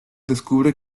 descubre